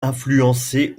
influencé